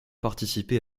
participé